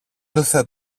ήλθε